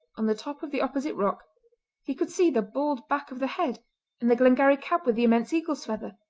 on the top of the opposite rock he could see the bald back of the head and the glengarry cap with the immense eagle's feather.